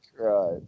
Right